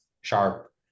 sharp